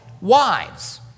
wives